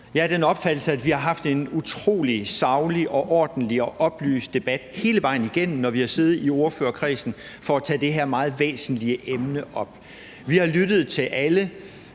Jeg er af den opfattelse, at vi har haft en utrolig saglig, ordentlig og oplyst debat hele vejen igennem, når vi har siddet i ordførerkredsen for at tage det her meget væsentlige emne op. Vi har lyttet til alle.